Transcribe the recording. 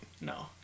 No